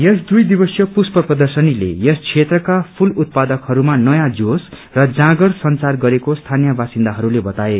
यस दुइ दिवसीय पुष्प प्रदर्शनीले यस क्षेत्रका फूल उत्पादकहरूमा नयाँ जोश र जाँगर संचार गरेको स्थानीय वासिन्दाहरूले बताए